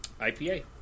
IPA